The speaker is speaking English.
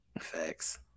Facts